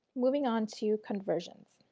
moving on to conversions.